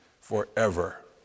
forever